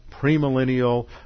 premillennial